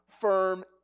firm